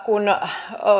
kun